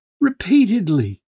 repeatedly